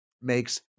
makes